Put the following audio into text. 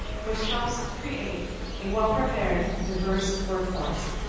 which helps create a well preferred diverse workforce.